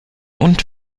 und